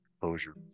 closure